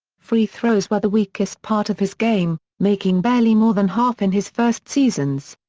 free throws were the weakest part of his game, making barely more than half in his first seasons.